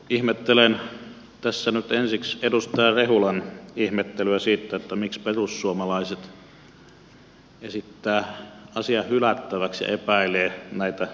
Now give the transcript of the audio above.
ihmettelen tässä nyt ensiksi edustaja rehulan ihmettelyä siitä miksi perussuomalaiset esittävät asiaa hylättäväksi ja epäilee näitä muutoksia